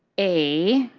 a,